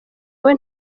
wowe